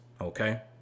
okay